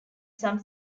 some